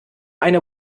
eine